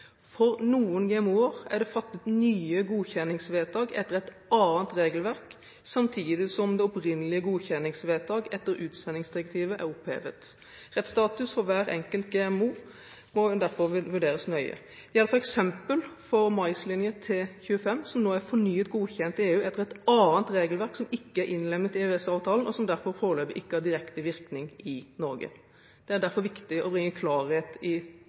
For noen GMO-er er det fattet nye godkjenningsvedtak etter et annet regelverk, samtidig som opprinnelige godkjenningsvedtak etter utsettingsdirektivet er opphevet. Rettsstatus for hver enkelt GMO må derfor vurderes nøye. Dette gjelder f.eks. maislinje T25, som nå er fornyet godkjent i EU etter et annet regelverk som ikke er innlemmet i EØS-avtalen, og som derfor foreløpig ikke har direkte virkning i Norge. Det er derfor viktig å bringe klarhet i